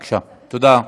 תודה.